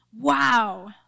Wow